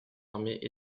armées